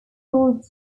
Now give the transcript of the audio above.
called